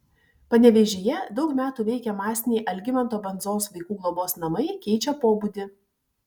panevėžyje daug metų veikę masiniai algimanto bandzos vaikų globos namai keičia pobūdį